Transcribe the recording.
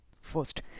first